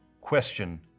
question